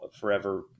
forever